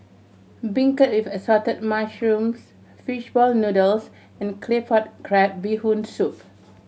beancurd with Assorted Mushrooms fish ball noodles and Claypot Crab Bee Hoon Soup